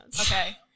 Okay